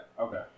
Okay